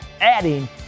adding